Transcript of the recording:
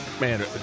Man